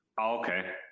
okay